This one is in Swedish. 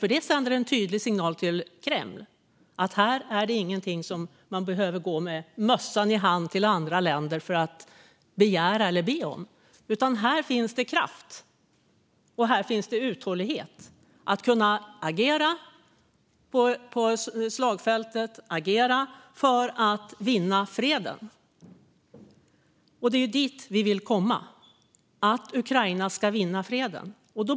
Sådant sänder en tydlig signal till Kreml: Man behöver inte gå med mössan i hand till andra länder för att begära eller be om något, utan här finns det kraft och uthållighet att agera på slagfältet för att vinna freden. Det är dit vi vill komma, det vill säga att Ukraina ska vinna freden.